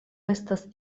estas